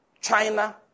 China